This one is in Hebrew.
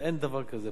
אין דבר כזה.